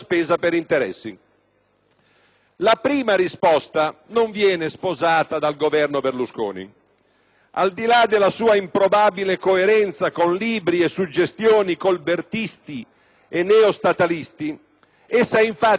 Al di là della sua improbabile coerenza con libri e suggestioni colbertisti e neostatalisti, essa è infatti abissalmente lontana dalla cultura politica di una coalizione di forze che pratica da sempre